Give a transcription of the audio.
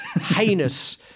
heinous